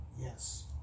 yes